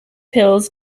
pills